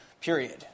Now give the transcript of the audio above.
period